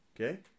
okay